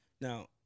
Now